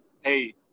hey